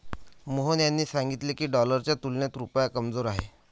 मोहन यांनी सांगितले की, डॉलरच्या तुलनेत रुपया कमजोर आहे